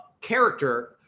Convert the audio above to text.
character